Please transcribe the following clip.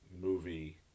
movie